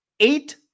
Eight